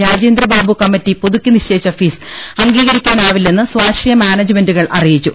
Rajendrababu committee പുതുക്കി നിശ്ചയിച്ച fees അംഗീകരി ക്കാനാവില്ലെന്ന് സ്വാശ്രയ മാനേജുമെന്റുകൾ അറിയിച്ചു